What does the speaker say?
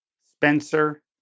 Spencer